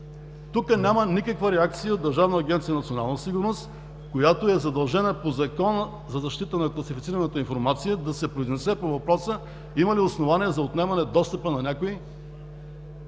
Тук няма никаква реакция от Държавна агенция „Национална сигурност“, която е задължена по Закона за защита на класифицираната информация да се произнесе по въпроса: има ли основание за отнемане достъпа на някой